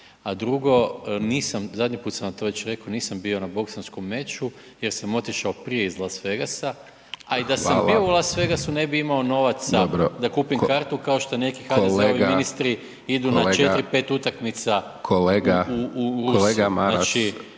A drugo, zadnji puta sam vam to već rekao, nisam bio na boksačkom meču jer sam otišao prije iz Las Vegasa, a da sam i bio u Las Vegasu ne bi imao novaca da kupim kartu kao što neki HDZ-ovi ministri idu na četiri, pet